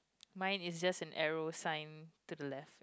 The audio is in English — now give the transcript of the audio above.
mine is just an arrow sign to the left